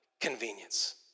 convenience